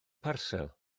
parsel